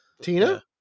Tina